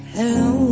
Hello